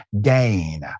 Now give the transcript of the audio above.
gain